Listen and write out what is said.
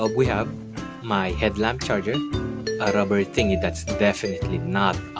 ah we have my headlamp charger a rubber-thingy that's definitely not